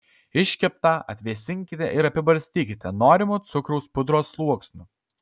iškeptą atvėsinkite ir apibarstykite norimu cukraus pudros sluoksniu